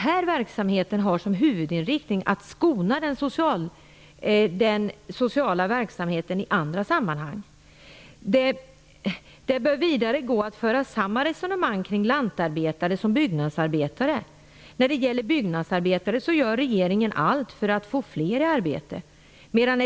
Huvudinriktningen är ju att skona den sociala verksamheten i andra sammanhang. Det bör gå att föra samma resonemang kring lantarbetare som kring byggnadsarbetare. När det gäller byggnadsarbetare gör regeringen allt för att få fram fler arbeten.